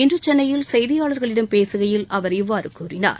இன்று சென்னையில் செய்தியாளர்களிடம் பேசுகையில் அவர் இவ்வாறு கூறினார்